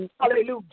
Hallelujah